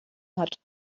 hat